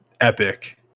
epic